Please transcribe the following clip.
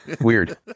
Weird